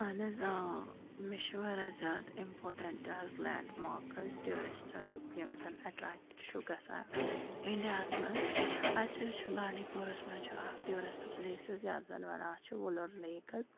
اہن حظ آ مےٚ چھِ واریاہ زیادٕ اِمپاٹٮ۪نٛٹ حظ لینٛڈ مارٕک حظ ٹیوٗرِسٹَن یِم زَن اٮ۪ٹریکٹ چھُ گژھان اِنڈیاہَس منٛز اَسہِ حظ چھُ بانٛڈی پوراہَس منٛز چھُ اَکھ ٹیوٗرِسٹ پٕلیسٕز یَتھ زَن وَنان چھِ وُلر لیک حظ